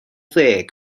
deg